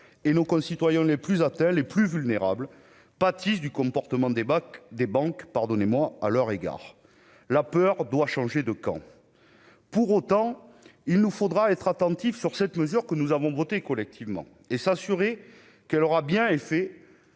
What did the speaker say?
et nos concitoyens les plus atteints, les plus vulnérables pâtissent du comportement des Boks des banques, pardonnez-moi, à leur égard, la peur doit changer de camp, pour autant, il nous faudra être attentif sur cette mesure que nous avons voté collectivement et s'assurer qu'elle aura bien et